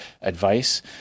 advice